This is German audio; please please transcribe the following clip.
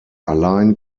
allein